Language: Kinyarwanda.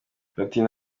platini